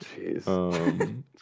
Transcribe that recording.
jeez